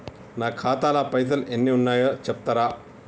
నా ఖాతా లా పైసల్ ఎన్ని ఉన్నాయో చెప్తరా?